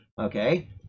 okay